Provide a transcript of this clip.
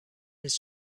his